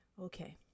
Okay